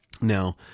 Now